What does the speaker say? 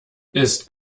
ist